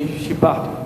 אני שיבחתי.